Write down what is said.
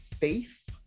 faith